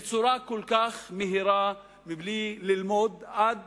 בצורה כל כך מהירה, מבלי ללמוד עד